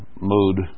mood